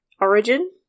origin